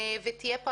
תהיה פה,